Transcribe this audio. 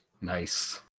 Nice